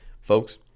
folks